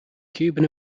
cuban